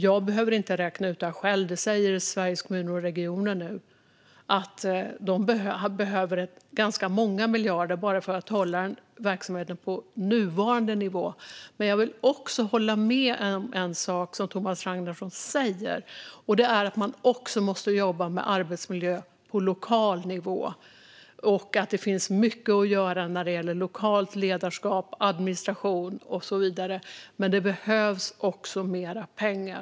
Jag behöver inte räkna ut detta själv, utan Sveriges Kommuner och Regioner säger nu att de behöver ganska många miljarder bara för att hålla verksamheten på nuvarande nivå. Jag vill också hålla med om en sak som Thomas Ragnarsson säger: att man också måste jobba med arbetsmiljö på lokal nivå och att det finns mycket att göra när det gäller lokalt ledarskap, administration och så vidare. Men det behövs också mer pengar.